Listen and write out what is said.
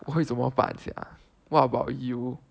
不会怎么办 ya what about you